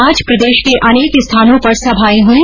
आज प्रदेश के अनेक स्थानों पर सभाएं हुई